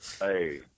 Hey